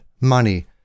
money